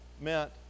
meant